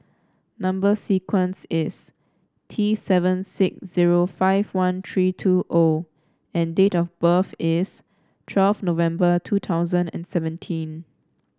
number sequence is T seven six zero five one three two O and date of birth is twelve November two thousand and seventeen